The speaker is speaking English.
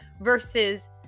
versus